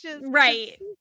Right